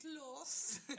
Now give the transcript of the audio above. lost